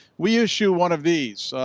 we issue one of these,